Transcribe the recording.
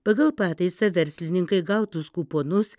pagal pataisą verslininkai gautus kuponus